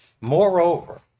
moreover